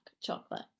chocolate